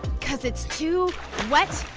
cause it's too wet,